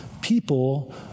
people